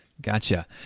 gotcha